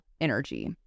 energy